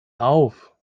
auf